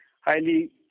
highly